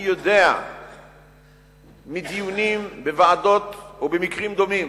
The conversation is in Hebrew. אני יודע מדיונים בוועדות ובמקרים דומים